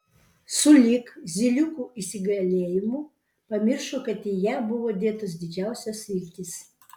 sulig zyliukų įsigalėjimu pamiršo kad į ją buvo dėtos didžiausios viltys